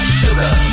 sugar